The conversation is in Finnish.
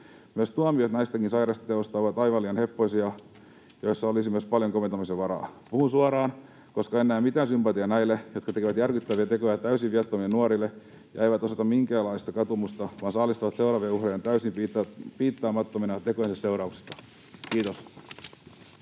Myös tuomiot näistäkin sairaista teoista ovat aivan liian heppoisia, ja niissä olisi myös paljon koventamisen varaa. Puhun suoraan, koska en näe mitään sympatiaa näille, jotka tekevät järkyttäviä tekoja täysin viattomille nuorille ja eivät osoita minkäänlaista katumusta vaan saalistavat seuraavia uhrejaan täysin piittaamattomina tekojensa seurauksista. — Kiitos.